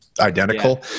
Identical